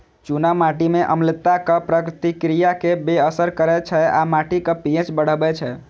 चूना माटि मे अम्लताक प्रतिक्रिया कें बेअसर करै छै आ माटिक पी.एच बढ़बै छै